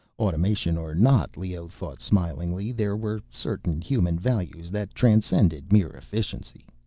automation or not, leoh thought smilingly, there were certain human values that transcended mere efficiency.